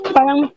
Parang